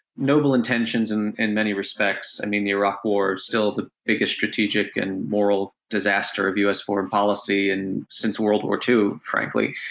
noble intentions in in many respects. i mean the iraq war, still the biggest strategic and moral disaster of us foreign policy and since world war ii, frankly.